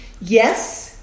Yes